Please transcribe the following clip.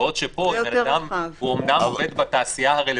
בעוד שפה אם בן אדם הוא אומנם עובד בתעשייה -- זה יותר רחב.